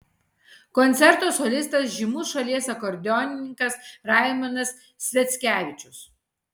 koncerto solistas žymus šalies akordeonininkas raimondas sviackevičius